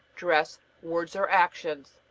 dress, words, or actions.